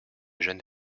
jeune